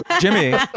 Jimmy